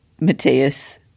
Matthias